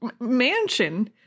mansion